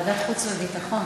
לוועדת החוץ והביטחון,